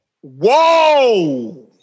Whoa